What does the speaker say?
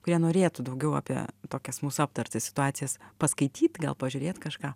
kurie norėtų daugiau apie tokias mūsų aptartas situacijas paskaityt gal pažiūrėt kažką